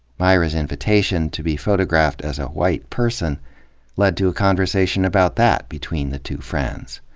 myra's invitation to be photographed as a white person led to a conversation about that between the two friends.